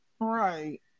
Right